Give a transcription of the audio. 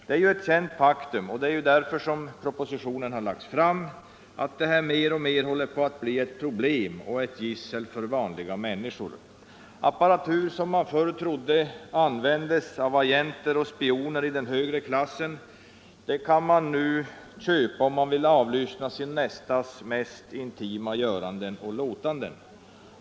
Det är ett känt faktum — och det är ju därför propositionen har lagts fram — att det här mer och mer håller på att bli ett problem och ett gissel för vanliga människor. Apparatur som man förr trodde bara användes av agenter och spioner i den högre klassen kan nu köpas om man vill avlyssna sin nästas mest intima göranden och låtanden.